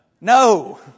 No